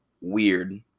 weird